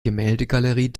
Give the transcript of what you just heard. gemäldegalerie